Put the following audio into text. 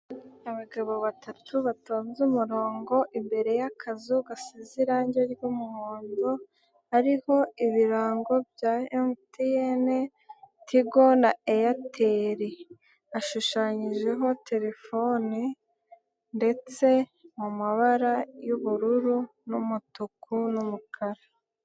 Abagabo batatu batonze umurongo imbere y'akazu gasize irange ry'umuhondo hariho ibirango bya MTN, TIGO na Eyateri, hashushanyijeho telefone ndetse mu mabara y'ubururu n'umutuku n'umukara.